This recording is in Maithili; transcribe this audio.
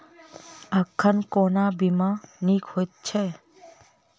एखन कोना बीमा नीक हएत छै?